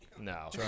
No